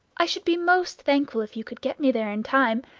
i should be most thankful if you could get me there in time,